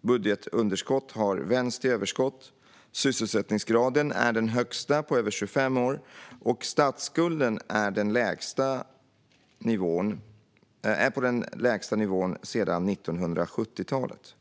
Budgetunderskott har vänts till överskott, sysselsättningsgraden är den högsta på över 25 år och statsskulden är på den lägsta nivån sedan 1970-talet.